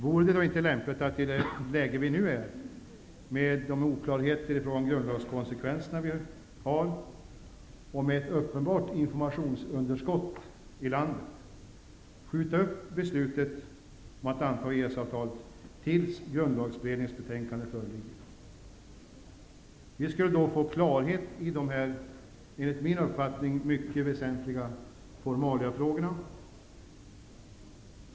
Vore det inte lämpligt att i det läge vi nu är -- med de oklarheter som råder beträffande grundlagskonsekvenserna och med ett uppenbart informationsunderskott i landet -- skjuta upp beslutet om att anta EES-avtalet tills grundlagsberedningens betänkande föreligger? Vi skulle då få klarhet i dessa, enligt min uppfattning, mycket väsentliga formaliafrågorna.